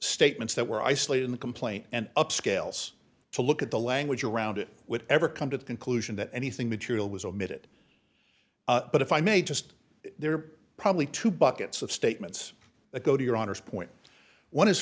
statements that were eisley in the complaint and up scales to look at the language around it would ever come to the conclusion that anything material was omitted but if i may just there are probably two buckets of statements that go to your honor's point one is